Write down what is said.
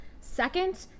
Second